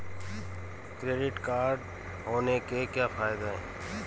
Debit card होने के क्या फायदे हैं?